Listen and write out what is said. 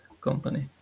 company